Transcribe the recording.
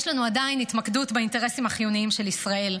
יש לנו עדיין התמקדות באינטרסים החיוניים של ישראל,